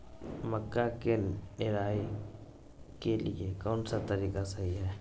मक्का के निराई के लिए कौन सा तरीका सही है?